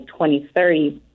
2030